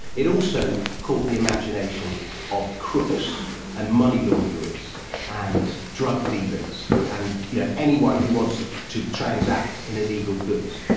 it also caught the imagination of crooks and money launderers and drug dealers and yeah anyone who wants to to transact in illegal goods.